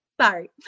Sorry